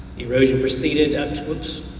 erosion preceded. whoops.